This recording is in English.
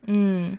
mm